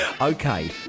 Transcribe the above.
Okay